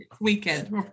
Weekend